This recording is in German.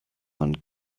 man